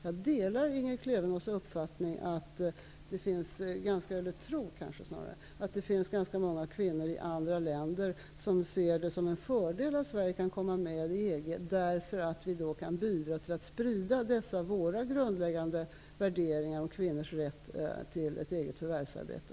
Jag delar Lena Klevenås uppfattning, eller snarare tro, att det finns ganska många kvinnor i andra länder som ser det som en fördel att Sverige kan komma med i EG, därför att vi då kan bidra med att sprida våra grundläggande värderingar om kvinnors rätt till ett eget förvärvsarbete.